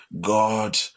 God